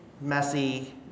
messy